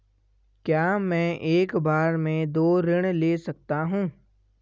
क्या मैं एक बार में दो ऋण ले सकता हूँ?